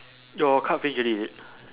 your card finish already is it